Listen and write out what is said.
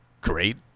great